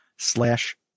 slash